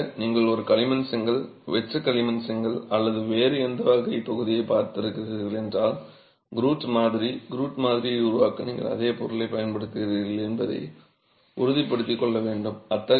நிச்சயமாக நீங்கள் ஒரு களிமண் செங்கல் வெற்று களிமண் செங்கல் அல்லது வேறு எந்த வகைத் தொகுதியைப் பயன்படுத்துகிறீர்கள் என்றால் க்ரூட் மாதிரி க்ரூட் மாதிரியை உருவாக்க நீங்கள் அதே பொருளைப் பயன்படுத்துகிறீர்கள் என்பதை உறுதிப்படுத்திக் கொள்ள வேண்டும்